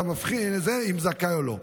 אתה מבחין אם הוא זכאי או לא.